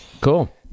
cool